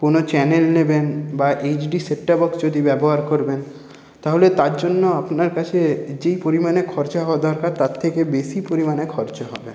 কোনো চ্যানেল নেবেন বা এইচডি সেট টপ বক্স যদি ব্যবহার করবেন তাহলে তার জন্য আপনার কাছে যেই পরিমাণে খরচা হওয়া দরকার তার থেকে বেশি পরিমাণে খরচা হবে